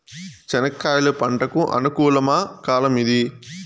చెనక్కాయలు పంట కు అనుకూలమా కాలం ఏది?